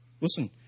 Listen